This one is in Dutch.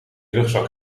rugzak